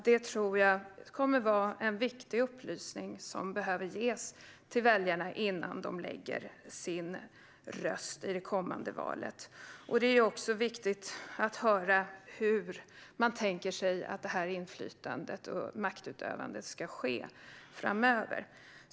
Det är en viktig upplysning som behöver ges till väljarna innan de lägger sina röster i det kommande valet. Det är också viktigt att få höra hur man tänker sig att inflytandet och maktutövandet ska ske framöver.